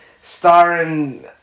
Starring